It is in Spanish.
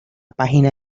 página